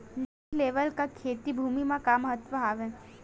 Dumpy level का खेती भुमि म का महत्व हावे?